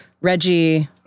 Reggie